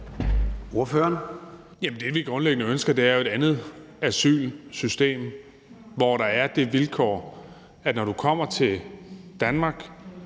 Bek): Det, vi grundlæggende ønsker, er jo et andet asylsystem, hvor der er det vilkår, at når du kommer til Danmark,